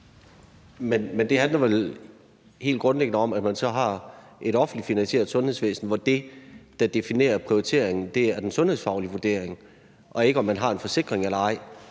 Men det handler vel helt grundlæggende om, at man så har et offentligt finansieret sundhedsvæsen, hvor det, der definerer prioriteringen, er den sundhedsfaglige vurdering og ikke, om man har en forsikring eller ej.